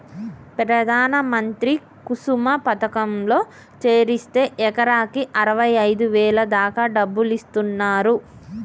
ప్రధాన మంత్రి కుసుమ పథకంలో చేరిస్తే ఎకరాకి అరవైఐదు వేల దాకా డబ్బులిస్తున్నరు